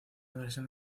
versión